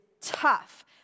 tough